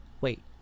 wait